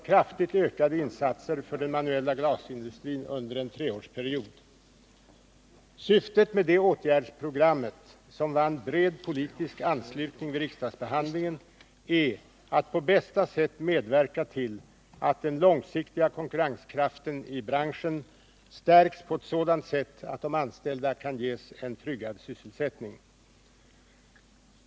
Syftet med detta åtgärdsprogram, som vann bred politisk anslutning vid riksdagsbehandlingen, är att på bästa sätt medverka till att den långsiktiga konkurrenskraften i branschen stärks på ett sådant sätt att de anställda kan ges en tryggad sysselsättning.